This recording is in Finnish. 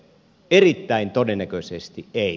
erittäin todennäköisesti ei